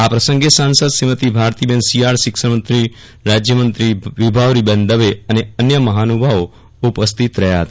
આ પ્રસંગે સાંસદ શ્રીમતી ભારતીબેન શિયાળ શિક્ષણ રાજયમંત્રી વિભાવરીબેન દવે અને અન્ય મહાનુભાવો ઉપસ્થિત રહ્યા હતો